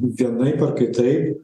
vienaip ar kitaip